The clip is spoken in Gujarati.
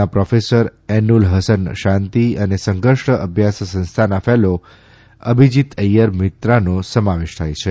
ના પ્રોફેસર ઐનુલ ફસન શાંતિ અને સંઘર્ષ અભ્યાસ સંસ્થાના ફેલો અભિજીત ઐથર મિત્રાનો સમાવેશ થાય છે